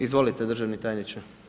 Izvolite državni tajniče.